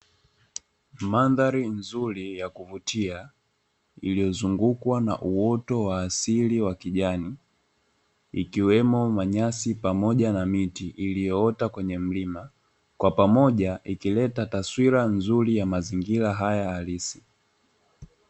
Mandhari nzuri ya kuvutia iliyozungukwa na uoto wa asili wa kijani ikiwemo manyasi pamoja na miti iliyoota kwenye mlima. Kwa pamoja ikileta taswira nzuri ya mazingira haya halisi.